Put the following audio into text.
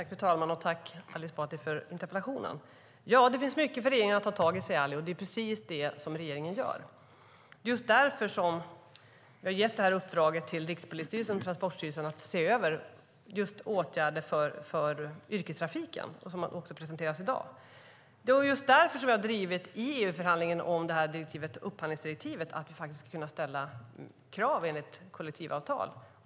Fru talman! Jag tackar Ali Esbati för interpellationen. Han säger att det finns mycket för regeringen att ta tag i. Det är precis det som regeringen gör. Det är just därför som vi har gett detta uppdrag till Rikspolisstyrelsen och Transportstyrelsen att se över åtgärder för yrkestrafiken och som presenteras i dag. Det är därför som vi i EU-förhandlingen om upphandlingsdirektivet har drivit att vi faktiskt ska kunna ställa krav enligt kollektivavtal.